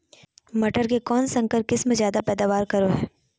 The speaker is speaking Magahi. मटर के कौन संकर किस्म जायदा पैदावार करो है?